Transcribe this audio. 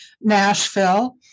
Nashville